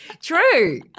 True